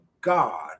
God